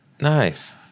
Nice